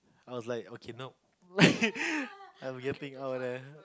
I was like okay nope I'm getting out of there